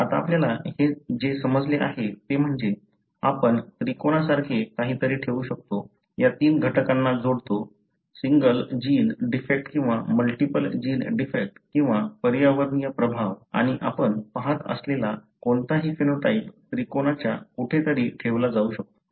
आता आपल्याला जे समजले आहे ते म्हणजे आपण त्रिकोणासारखे काहीतरी ठेवू शकतो या तीन घटकांना जोडतो सिंगल जीन डिफेक्ट किंवा मल्टिपल जीन डिफेक्ट किंवा पर्यावरणीय प्रभाव आणि आपण पहात असलेला कोणताही फिनोटाइप त्रिकोणाच्या कुठेतरी ठेवला जाऊ शकतो